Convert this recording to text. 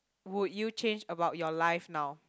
would you change about your life now